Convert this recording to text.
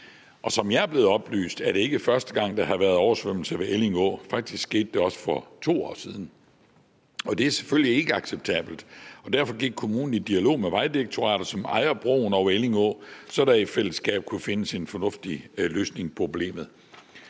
Som jeg er blevet oplyst, er det ikke første gang, der har været oversvømmelse ved Elling Å. Det skete faktisk også for 2 år siden, og det er selvfølgelig ikke acceptabelt, og derfor gik kommunen i dialog med Vejdirektoratet, som ejer broen over Elling Å, så der i fællesskab kunne findes en fornuftig løsning på problemet.